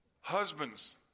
Husbands